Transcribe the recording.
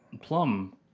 plum